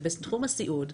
בתחום הסיעוד,